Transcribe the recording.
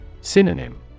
Synonym